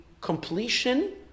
completion